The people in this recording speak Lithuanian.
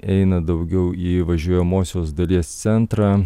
eina daugiau į važiuojamosios dalies centrą